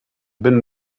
been